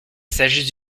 sagesse